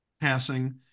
passing